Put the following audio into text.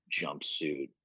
jumpsuit